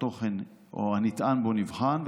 התוכן או הנטען בו נבחן,